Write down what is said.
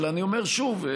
אבל אני אומר שוב,